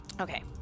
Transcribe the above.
Okay